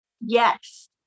Yes